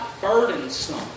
burdensome